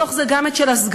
בתוך זה גם את של הסגנים.